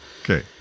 Okay